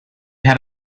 had